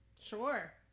Sure